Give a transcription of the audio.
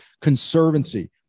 conservancy